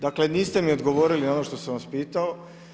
Dakle, niste mi odgovorili na ono što sam vas pitao.